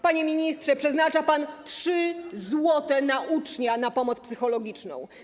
Panie ministrze, przeznacza pan 3 zł na ucznia na pomoc psychologiczną.